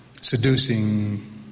seducing